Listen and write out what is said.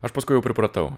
aš paskui jau pripratau